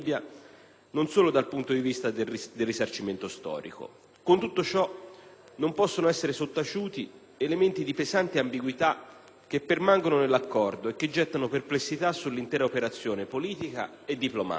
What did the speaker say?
non solo dal punto di vista del risarcimento storico. Con tutto ciò non possono essere sottaciuti elementi di pesante ambiguità che permangono nell'accordo e che gettano perplessità sull'intera operazione politica e diplomatica.